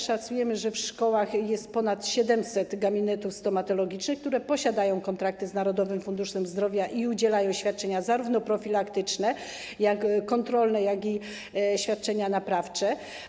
Szacujemy, że w szkołach jest ponad 700 gabinetów stomatologicznych, które posiadają kontrakty z Narodowym Funduszem Zdrowia i udzielają świadczeń zarówno profilaktycznych, jak i kontrolnych i świadczeń naprawczych.